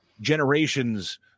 generations